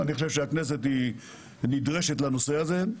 אני חושב שהכנסת נדרשת לנושא הזה.